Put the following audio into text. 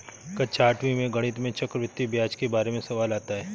कक्षा आठवीं में गणित में चक्रवर्ती ब्याज के बारे में सवाल आता है